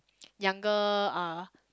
younger uh